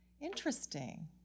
interesting